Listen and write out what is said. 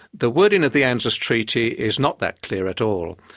the wording of the anzus treaty is not that clear at all.